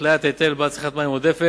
התליית היטל בעד צריכת מים עודפת),